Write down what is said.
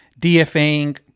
DFAing